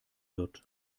wird